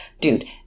Dude